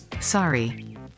Sorry